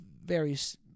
various